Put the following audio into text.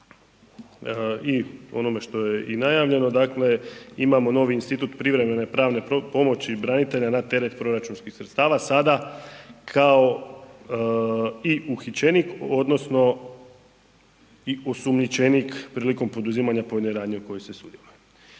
i onome što je i najavljeno, imamo novi institut privremene pravne pomoći branitelja na teret proračunskih sredstava. Sada kao i uhićenik odnosno i osumnjičenik prilikom poduzimanja pojedine radnje u kojoj se sudjeluje.